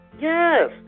Yes